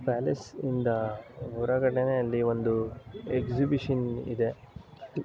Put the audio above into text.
ಪ್ಯಾಲೇಸಿಂದ ಹೊರಗಡೆನೇ ಅಲ್ಲಿ ಒಂದು ಎಕ್ಸಿಬಿಷನ್ ಇದೆ